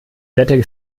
bettdecke